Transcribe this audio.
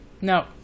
no